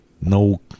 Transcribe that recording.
no